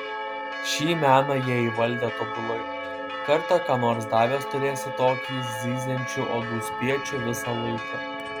šį meną jie įvaldę tobulai kartą ką nors davęs turėsi tokį zyziančių uodų spiečių visą laiką